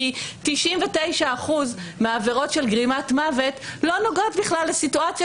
כי 99% מהעבירות של גרימת מוות לא נוגעות בכלל לסיטואציות